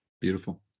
Beautiful